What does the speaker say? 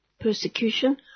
persecution